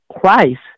Christ